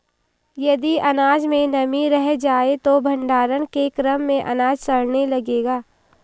यदि अनाज में नमी रह जाए तो भण्डारण के क्रम में अनाज सड़ने लगेगा